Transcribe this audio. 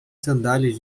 sandálias